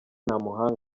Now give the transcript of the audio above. ntamuhanga